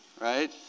Right